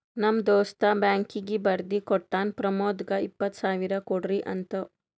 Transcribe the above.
ನಮ್ ದೋಸ್ತ ಬ್ಯಾಂಕೀಗಿ ಬರ್ದಿ ಕೋಟ್ಟಾನ್ ಪ್ರಮೋದ್ಗ ಇಪ್ಪತ್ ಸಾವಿರ ಕೊಡ್ರಿ ಅಂತ್